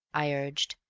i urged.